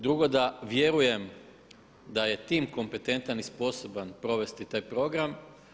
Drugo da vjerujem da je tim kompetentan i sposoban provesti taj program.